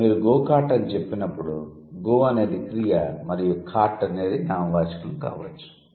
ఇక్కడ మీరు go kart అని చెప్పినప్పుడు 'గో' అనేది క్రియ మరియు 'కార్ట్' నామవాచకం కావచ్చు